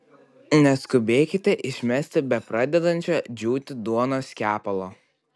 neskubėkite išmesti bepradedančio džiūti duonos kepalo